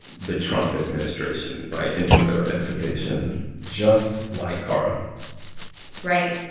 the trump administration right? in terms of identification just like kara right.